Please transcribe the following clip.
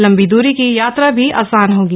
लंबी द्ररी की यात्रा भी आसान होगी